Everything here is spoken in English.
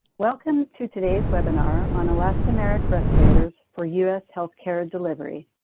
welcome to today's webinar on elastomeric respirators for u s. healthcare delivery.